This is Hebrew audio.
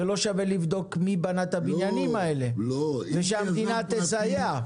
שלא שווה לבדוק מי בנה את הבניינים האלה ושהמדינה תסייע.